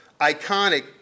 iconic